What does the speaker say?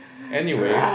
anyway